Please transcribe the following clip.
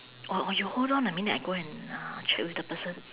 or or you hold on a minute I go and uh check with the person